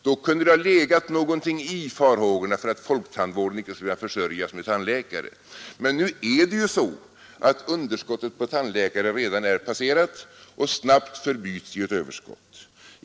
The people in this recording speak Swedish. Då kunde det ha legat någonting i farhågorna för att folktandvården inte skulle kunna försörjas med tandläkare. Men nu är underskottet på tandläkare redan passerat och förbyts snabbt i ett överskott.